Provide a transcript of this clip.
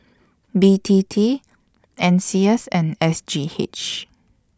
B T T N C S and S G H